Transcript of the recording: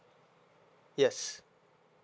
yes